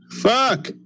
Fuck